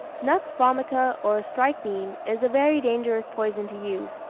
nux vomica or strychnine is a very dangerous poison to use,